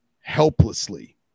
helplessly